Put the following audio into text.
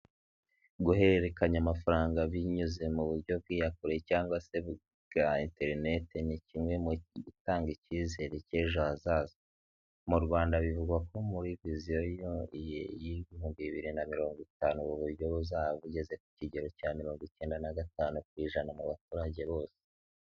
Guhererekanya amafaranga binyuze mu buryo bw'iyakure cyangwa se bwa interinete ni kimwe mu gutanga icyizere cy'ejo hazaza. Mu Rwanda, bivugwa ko muri visiyo y'ibihumbi bibiri na mirongo itanu ubu buryo buzaba bugeze ku kigero cya mirongo icyenda na gatanu kw'ijana mu baturage bose.